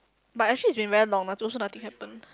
but actually it's been very normal also nothing happen